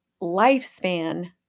lifespan